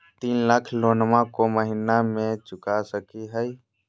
तीन लाख लोनमा को महीना मे चुका सकी हय?